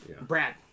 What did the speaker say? Brad